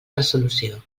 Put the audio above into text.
resolució